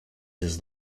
his